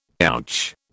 Ouch